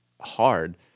hard